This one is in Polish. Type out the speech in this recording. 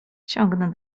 ciągnę